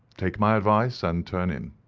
take my advice and turn in.